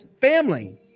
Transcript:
family